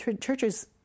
Churches